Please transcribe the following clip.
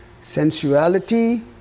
sensuality